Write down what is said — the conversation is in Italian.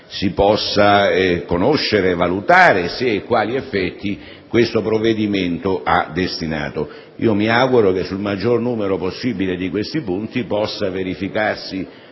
si possa conoscere e valutare se e quali effetti questo provvedimento abbia determinato. Mi auguro che sul maggior numero possibile di questi punti, posti ai